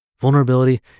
Vulnerability